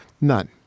None